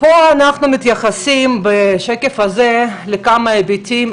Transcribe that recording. פה אנחנו מתייחסים לכמה היבטים,